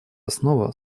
основа